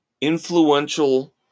influential